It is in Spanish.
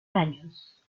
años